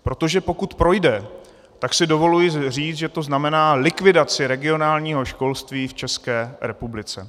Protože pokud projde, tak si dovoluji říct, že to znamená likvidaci regionálního školství v České republice.